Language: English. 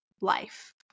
life